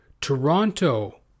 Toronto